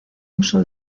uso